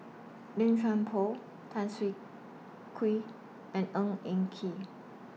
Lim Chuan Poh Tan Siah Kwee and Ng Eng Kee